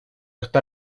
está